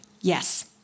Yes